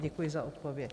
Děkuji za odpověď.